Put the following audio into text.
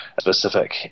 specific